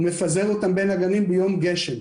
הוא מפזר אותם בין הגנים ביום גשם.